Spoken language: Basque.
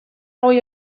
goi